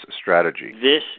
strategy